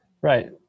Right